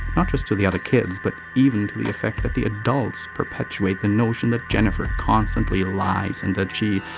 not just to the other kids but even to the effect that the adults perpetuate the notion that jennifer constantly lies and that she.